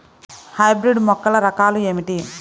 Hybrid మొక్కల రకాలు ఏమిటీ?